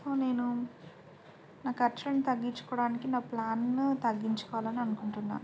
so నేను నా ఖర్చులను తగ్గించుకోవడానికి నా ప్లాన్ను తగ్గించుకోవాలని అనుకుంటున్నా